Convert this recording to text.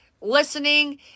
listening